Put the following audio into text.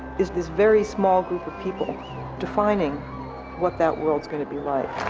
is this very small group of people defining what that world's gonna be like.